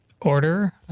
Order